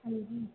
K G